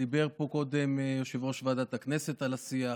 דיבר פה קודם יושב-ראש ועדת הכנסת על השיח,